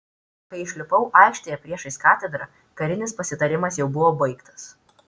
kai išlipau aikštėje priešais katedrą karinis pasitarimas jau buvo baigtas